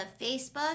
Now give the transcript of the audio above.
Facebook